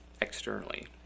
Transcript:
externally